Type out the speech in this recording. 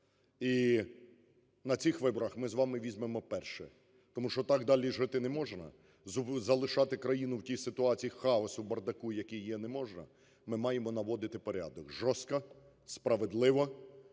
І на цих виборах ми з вами візьмемо перше, тому що так далі жити не можна, залишати країну в тій ситуації хаосу, бардаку, який є, не можна. Ми маємо наводити порядок: жорстко, справедливо,